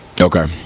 Okay